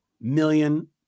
million